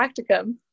practicum